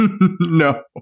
No